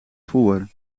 voor